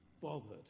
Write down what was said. bothered